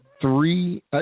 three –